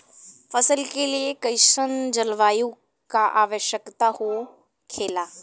फसल के लिए कईसन जलवायु का आवश्यकता हो खेला?